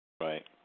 Right